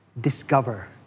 discover